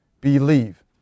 believe